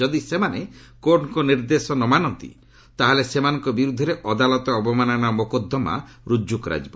ଯଦି ସେମାନେ କୋର୍ଟଙ୍କ ନିର୍ଦ୍ଦେଶ ନ ମାନନ୍ତି ତା'ହେଲେ ସେମାନଙ୍କ ବିରୁଦ୍ଧରେ ଅଦାଲତ ଅବମାନନା ମୋକଦ୍ଧମା ରୁଜୁ କରାଯିବ